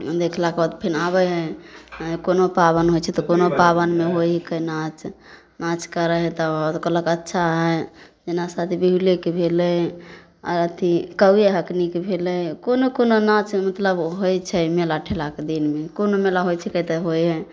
देखलाके बाद फेन आबै हइ कोनो पाबनि होइ छै तऽ कोनो पाबनिमे होइ हिके नाच नाच करै हइ तऽ कहलक अच्छा हइ जेना सती बिहुलेके भेलै अथि कौए हंकनीके भेलै कोनो कोनो नाच मतलब होइ छै मेला ठेलाके दिनमे कोनो मेला होइ छिके तऽ होइ हइ